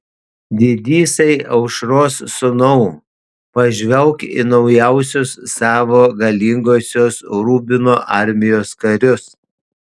didysai aušros sūnau pažvelk į naujausius savo galingosios rubino armijos karius